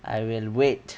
I will wait